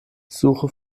suche